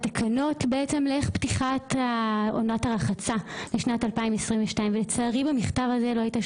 עם התקנות לפתיחת עונת הרחצה לשנת 2022. לצערי במכתב הזה לא הייתה